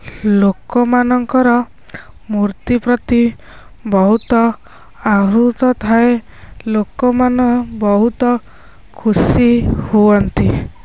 ଲୋକମାନଙ୍କର ମୂର୍ତ୍ତି ପ୍ରତି ବହୁତ ଆଦୃତ ଥାଏ ଲୋକମାନେ ବହୁତ ଖୁସି ହୁଅନ୍ତି